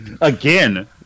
Again